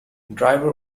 driver